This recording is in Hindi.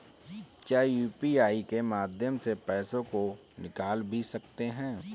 क्या यू.पी.आई के माध्यम से पैसे को निकाल भी सकते हैं?